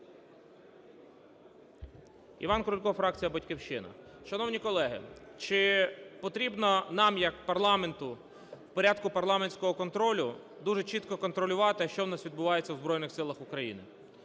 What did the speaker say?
Іван Крулько, фракція "Батьківщина". Шановні колеги, чи потрібно нам як парламенту в порядку парламентського контролю дуже чітко контролювати, що в нас відбувається в Збройних Силах України.